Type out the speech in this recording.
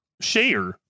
share